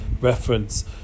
reference